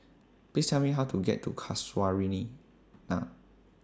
Please Tell Me How to get to Casuarina